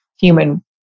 human